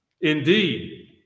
Indeed